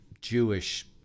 Jewish